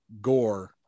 gore